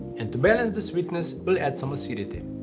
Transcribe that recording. and to balance the sweetness we'll add some acidity.